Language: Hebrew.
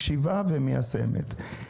מקשיבה ומיישמת,